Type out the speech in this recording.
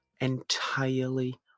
entirely